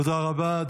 תודה רבה.